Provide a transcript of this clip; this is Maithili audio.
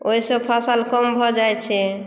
ओहि सॅं फसल कम भऽ जाइत छै